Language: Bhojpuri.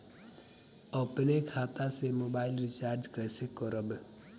अपने खाता से मोबाइल रिचार्ज कैसे करब?